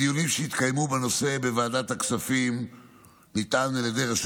בדיונים שהתקיימו בנושא בוועדת הכספים נטען על ידי רשות